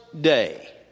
day